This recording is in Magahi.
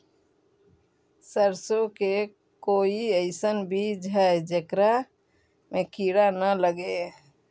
सरसों के कोई एइसन बिज है जेकरा में किड़ा न लगे?